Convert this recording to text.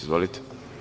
Izvolite.